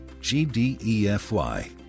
G-D-E-F-Y